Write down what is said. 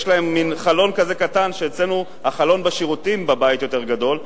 יש להם מין חלון כזה קטן שאצלנו החלון בשירותים בבית יותר גדול.